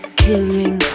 killing